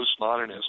postmodernism